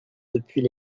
depuis